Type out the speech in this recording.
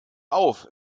auf